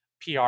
pr